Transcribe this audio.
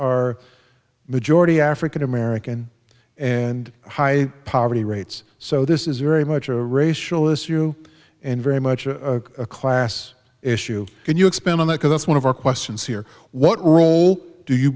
are majority african american and high poverty rates so this is very much a racial issue and very much a class issue can you expand on that because that's one of our questions here what role do you